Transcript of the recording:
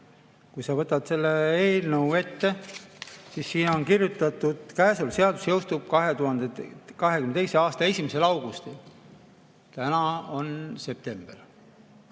Kui sa võtad selle eelnõu ette, siis näed, et siin on kirjutatud nii: käesolev seadus jõustub 2022. aasta 1. augustil. Täna on 12. september.